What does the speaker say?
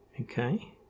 okay